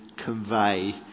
convey